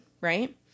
right